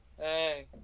hey